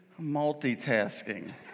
multitasking